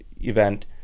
event